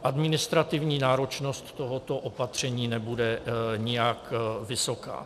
Administrativní náročnost z tohoto opatření nebude nijak vysoká.